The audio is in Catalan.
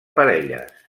parelles